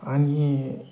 आणि